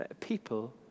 People